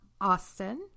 Austin